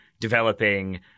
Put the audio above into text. developing